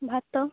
ଭାତ